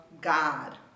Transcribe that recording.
God